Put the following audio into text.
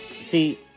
See